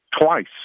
twice